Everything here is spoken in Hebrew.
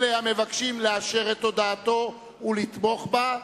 אלה המבקשים לאשר את הודעתו ולתמוך בה,